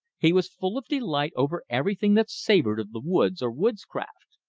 he was full of delight over everything that savored of the woods, or woodscraft.